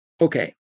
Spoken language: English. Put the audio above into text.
Okay